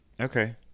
Okay